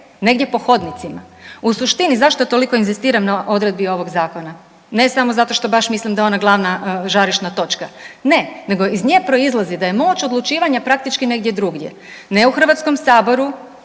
Negdje po hodnicima. U suštini, zašto toliko inzistiram na odredbi ovog zakona? Ne zato što baš mislim da je ona glavna žarišna točka, ne, nego iz nje proizlazi da je moć odlučivanja praktički negdje drugdje. Ne u Hrvatskom saboru,